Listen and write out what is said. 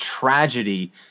tragedy